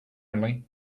only